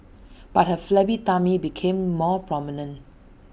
but her flabby tummy became more prominent